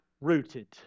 rooted